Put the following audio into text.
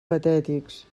patètics